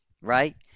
right